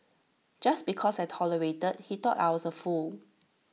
just because I tolerated he thought I was A fool